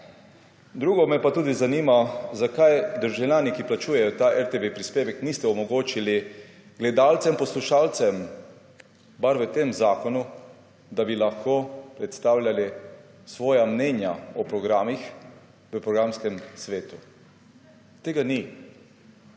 Zanima me tudi, zakaj državljanom, ki plačujejo RTV prispevek, niste omogočili gledalcem, poslušalcem vsaj v tem zakonu, da bi lahko predstavljali svoja mnenja o programih v programskem svetu? Tega ni.